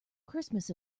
christmas